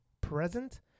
present